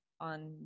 on